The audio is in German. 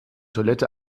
toilette